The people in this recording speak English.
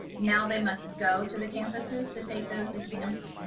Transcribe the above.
now they must go to the campuses to take those exams,